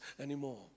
anymore